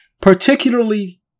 Particularly